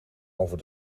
over